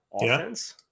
offense